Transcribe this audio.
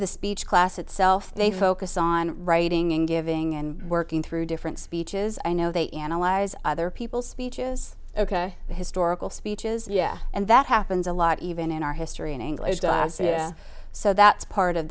the speech class itself they focus on writing and giving and working through different speeches i know they analyze other people's speeches ok historical speeches yeah and that happens a lot even in our history in english so that's